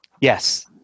yes